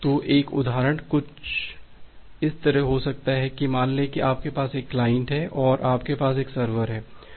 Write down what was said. तो एक उदाहरण कुछ इस तरह हो सकता है मान लें कि आपके पास एक क्लाइंट है और आपके पास एक सर्वर है